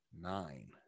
nine